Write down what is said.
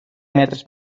metres